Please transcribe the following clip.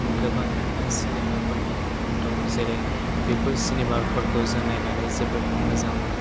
गोबां सिनेमाफोरनि दं जेरै बेफोर सिनेमाफोरखौ जों नायनानै जोबोर मोजां मोनो